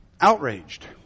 outraged